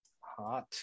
Hot